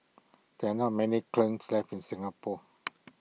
there are not many kilns left in Singapore